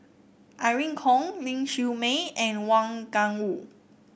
Irene Khong Ling Siew May and Wang Gungwu